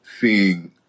seeing